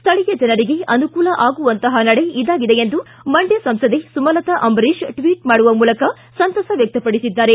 ಸ್ಥಳೀಯ ಜನರಿಗೆ ಅನುಕೂಲ ಆಗುವಂತಹ ನಡೆ ಇದಾಗಿದೆ ಎಂದು ಮಂಡ್ಯ ಸಂಸದೆ ಸುಮಲತಾ ಅಂಬರೀಶ್ ಟ್ವಿಟ್ ಮಾಡುವ ಮೂಲಕ ಸಂತಸ ವ್ಯಕ್ತಪಡಿಸಿದ್ದಾರೆ